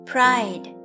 Pride